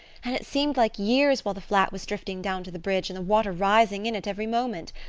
and it seemed like years while the flat was drifting down to the bridge and the water rising in it every moment.